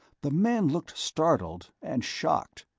the man looked startled and shocked.